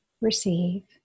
receive